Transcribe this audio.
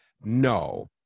no